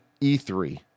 E3